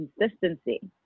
consistency